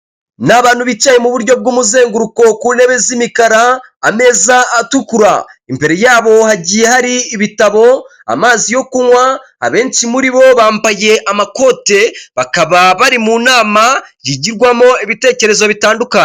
N'abantu bicaye mu buryo bw'umuzenguruko ku ntebe z'imikara ameza atukura imbere yabo hagiye hari ibitabo, amazi yo kunywa abenshi muri bo bambaye amakote bakaba bari mu nama yigirwamo ibitekerezo bitandukanye.